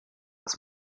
aus